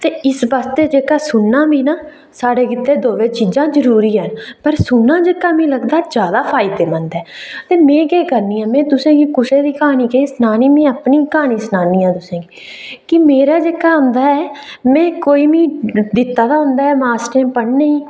ते इस बास्तै जेहका सुनना बी ना साढ़े गितै दमैं चीजां जरुरी ऐ पर सुनना जेह्का मी लगदा जैदा फायदेमंद ऐ ते में केह् करनी आं में तुसें ई कुसै दी केह् सनानी ऐ में अपनी क्हानी सनान्नी आं तुसें ई मेरा जेह्का औंदा ऐ कोई मी दित्ता दा होंदा ऐ मास्टरे मी